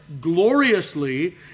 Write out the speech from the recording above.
gloriously